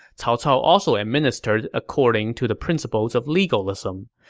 cao cao also administered according to the principles of legalism,